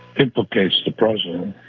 implicates the president